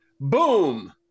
boom